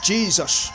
Jesus